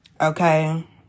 Okay